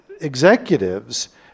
executives